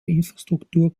infrastruktur